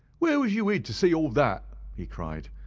where was you hid to see all that? he cried.